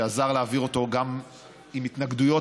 שעזר להעביר אותו גם עם התנגדויות